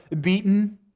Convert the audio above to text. beaten